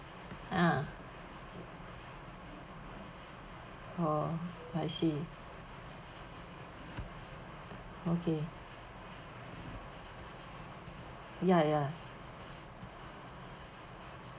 ah oh I see okay ya ya